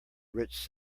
rich